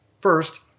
First